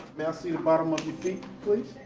may i see the bottom of your feet, please?